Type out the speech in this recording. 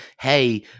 hey